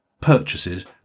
purchases